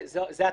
זו התכלית,